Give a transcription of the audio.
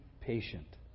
patient